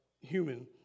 human